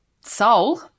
soul